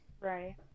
Right